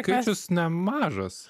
skaičius nemažas